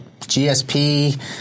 GSP